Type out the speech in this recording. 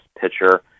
pitcher